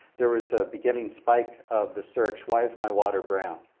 there was a beginning spike of the search, why is my water brown?